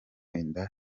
inda